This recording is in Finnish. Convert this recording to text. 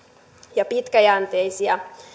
ja pitkäjänteisiä